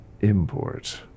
import